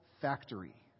factory